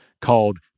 called